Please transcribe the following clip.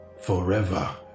forever